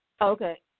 Okay